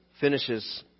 finishes